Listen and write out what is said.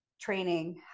training